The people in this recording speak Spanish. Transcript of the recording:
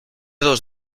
dos